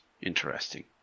interesting